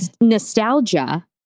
nostalgia